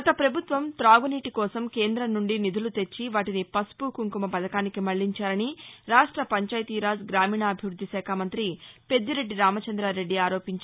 గత ప్రభుత్వం తాగు నీటి కోసం కేంద్రం నుండి నిధులు తెచ్చి వాటిని పసుపు కుంకుమ పథకానికి మళ్లించారని రాష్ట పంచాయతీ రాజ్ గ్రామిణాభివృద్ది మంతి పెద్దిరెడ్డి రామచంద్రారెడ్డి ఆరోపించారు